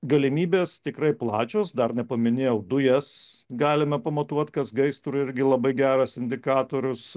galimybės tikrai plačios dar nepaminėjau dujas galime pamatuot kas gaisrui irgi labai geras indikatorius